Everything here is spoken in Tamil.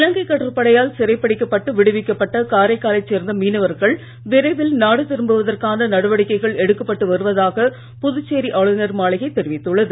இலங்கை கடற்படையால் சிறைப்பிடிக்கப்பட்டு விடுவிக்கப்பட்ட காரைக்காலைச் சேர்ந்த மீனவர்கள் விரைவில் நாடு திரும்புவதற்கான நடவடிக்கைகள் எடுக்கப்பட்டு வருவதாக புதுச்சோி துணைநிலை ஆளுநர் மாளிகை தெரிவித்துள்ளது